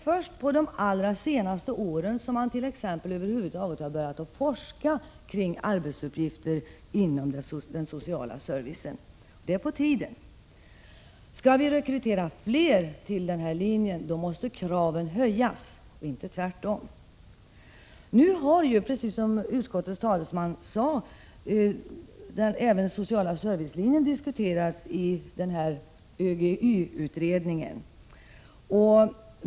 Först på de allra senaste åren har man över huvud taget börjat forska kring arbetsuppgifter inom den sociala servicen. Det är på tiden! Om vi skall kunna rekrytera fler till den sociala servicelinjen måste kraven höjas — inte tvärtom. Nu har ju, precis som utskottets talesman sade, även den sociala servicelinjen diskuterats i ÖGY-utredningen.